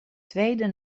tweede